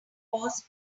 was